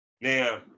Now